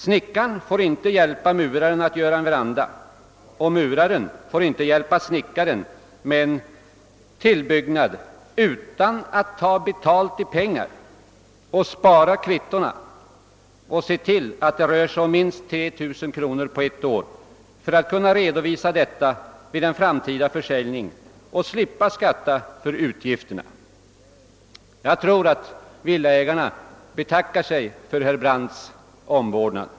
Snickaren får inte hjälpa muraren att göra en veranda och muraren får inte hjälpa snickaren med en tillbyggnad utan att ta betalt i pengar, spara kvittona och se till att det rör sig om minst 3000 kronor på ett år. Vederbörande måste nämligen kunna redovisa detta vid en framtida försäljning för att slippa skatta för utgifterna. Jag tror att villaägarna betackar sig för herr Brandts omvårdnad.